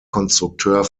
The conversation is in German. konstrukteur